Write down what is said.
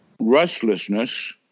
restlessness